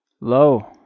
Lo